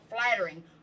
flattering